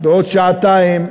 בעוד שעתיים",